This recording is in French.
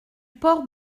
port